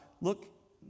look